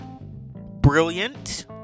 brilliant